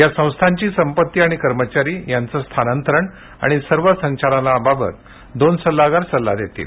या संस्थांची संपत्ती आणि कर्मचारी यांचं स्थानांतरण आणि सर्व संचालनाबाबत दोन सल्लागार सल्ला देतील